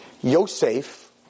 Yosef